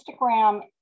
Instagram